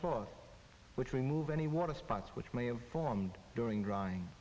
cloth which remove any water spots which may have formed during drying